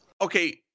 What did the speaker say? okay